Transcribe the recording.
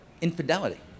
infidelity